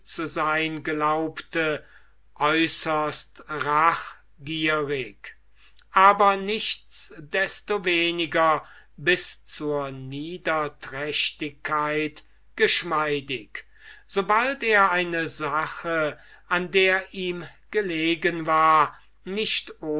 zu sein glaubte äußerst rachgierig aber nichts destoweniger bis zur niederträchtigkeit geschmeidig sobald er eine sache an der ihm gelegen war nicht